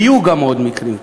יהיו גם עוד מקרים כאלה.